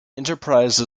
enterprise